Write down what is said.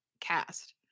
Cast